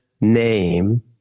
name